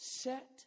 set